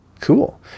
Cool